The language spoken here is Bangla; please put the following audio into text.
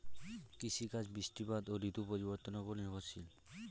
কৃষিকাজ বৃষ্টিপাত ও ঋতু পরিবর্তনের উপর নির্ভরশীল